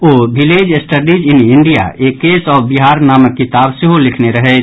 O village studies in India a case of Bihar नामक किताब सेहो लिखने रहैथ